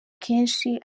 kenshi